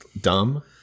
dumb